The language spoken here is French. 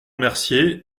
mercier